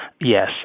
Yes